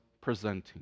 presenting